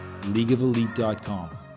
leagueofelite.com